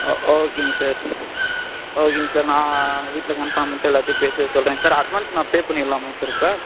ஓ ஓகேங்க சார் ஓகேங்க சார் நான் வீட்டில கன்ஃபார்ம் பண்ணிட்டு எல்லாத்தையும் பேசிட்டு சொல்கிறேன் சார் அட்வான்ஸ் நான் பே பண்ணிடலாமா சார் இப்போ